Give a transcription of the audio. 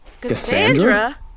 Cassandra